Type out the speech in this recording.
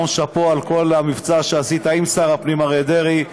היום שאפו על כל המבצע שעשית עם שר הפנים אריה דרעי,